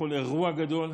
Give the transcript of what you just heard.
בכל אירוע גדול,